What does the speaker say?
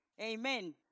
amen